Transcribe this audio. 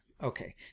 Okay